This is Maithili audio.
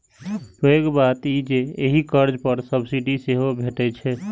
पैघ बात ई जे एहि कर्ज पर सब्सिडी सेहो भैटै छै